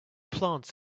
plant